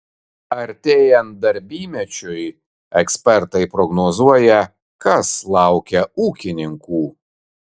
artėjant darbymečiui ekspertai prognozuoja kas laukia ūkininkų